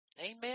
Amen